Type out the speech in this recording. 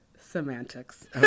semantics